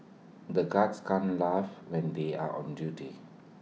the guards can't laugh when they are on duty